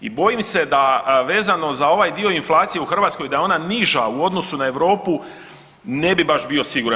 I bojim se da vezano za ovaj dio inflacije u Hrvatskoj da je ona niža u odnosu na Europu ne bi baš bio siguran.